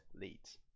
leads